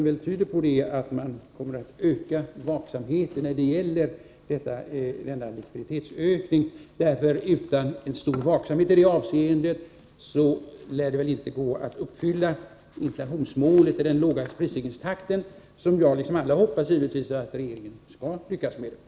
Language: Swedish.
Det tyder väl på att man kommer att öka vaksamheten när det gäller denna likviditetsökning. Utan en stor vaksamhet i det avseendet lär det inte vara möjligt att uppnå det låga inflationsmålet. Alla, jag med, hoppas givetvis att regeringen skall lyckas med den saken.